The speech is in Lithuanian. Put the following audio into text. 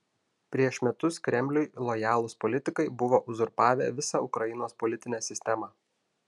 prieš metus kremliui lojalūs politikai buvo uzurpavę visą ukrainos politinę sistemą